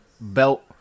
belt